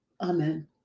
Amen